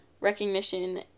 recognition